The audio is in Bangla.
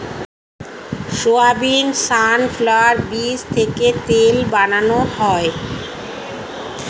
সয়াবিন, সানফ্লাওয়ার বীজ থেকে তেল বানানো হয়